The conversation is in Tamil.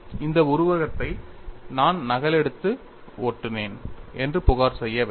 இந்த உருவத்தை நான் நகலெடுத்து ஒட்டினேன் என்று புகார் செய்ய வேண்டாம்